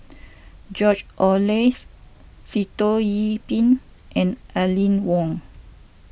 George Oehlers Sitoh Yih Pin and Aline Wong